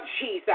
Jesus